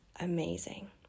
amazing